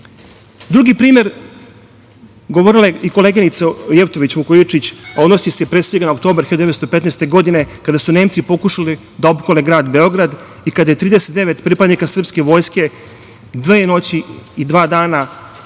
veka. Drugi primer, govorila je i koleginica Jevtović Vukojičić, odnosi se na oktobar 1915. godine kada su Nemci pokušali da opkole grad Beograd i kada je 39 pripadnika srpske vojske dve noći i dva dana hrabro